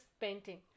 painting